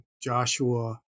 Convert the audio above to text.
Joshua